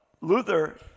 Luther